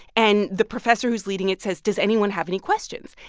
and the professor who's leading it says, does anyone have any questions?